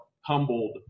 humbled